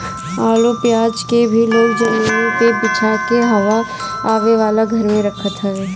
आलू पियाज के भी लोग जमीनी पे बिछा के हवा आवे वाला घर में रखत हवे